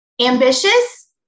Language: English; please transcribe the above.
ambitious